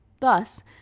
Thus